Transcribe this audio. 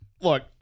Look